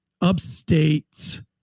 upstate